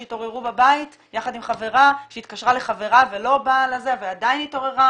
שהתעוררו בבית יחד עם חברה שהתקשרה לחברה ולא באה ועדיין התעוררה